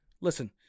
listen